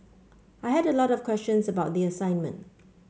I had a lot of questions about the assignment